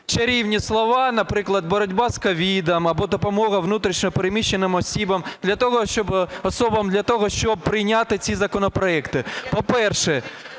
чарівні слова, наприклад, "боротьба з COVID" або "допомога внутрішньо переміщеним особам" для того, щоб прийняти ці законопроекти. По-перше,